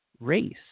Race